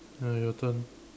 ah your turn